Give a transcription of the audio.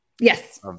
Yes